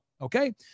okay